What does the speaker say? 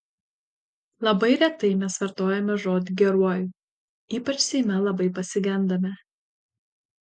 labai retai mes vartojame žodį geruoju ypač seime labai pasigendame